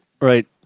Right